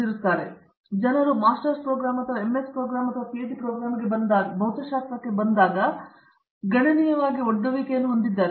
ಇದರಿಂದಾಗಿ ಜನರು masters programme ಅಥವಾ ಎಂಎಸ್ ಪ್ರೋಗ್ರಾಂ ಅಥವಾ ಪಿಹೆಚ್ಡಿ ಪ್ರೋಗ್ರಾಂಗೆ ಬಂದಾಗ ಭೌತಶಾಸ್ತ್ರಕ್ಕೆ ಗಣನೀಯವಾಗಿ ಒಡ್ಡುವಿಕೆಯನ್ನು ಹೊಂದಿದ್ದಾರೆ